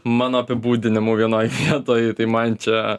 mano apibūdinimų vienoj vietoj tai man čia